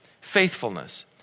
faithfulness